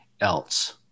else